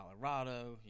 Colorado